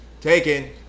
taken